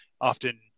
often